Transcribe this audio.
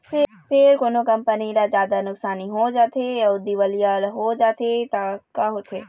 फेर कोनो कंपनी ल जादा नुकसानी हो जाथे अउ दिवालिया हो जाथे त का होथे?